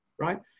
right